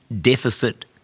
Deficit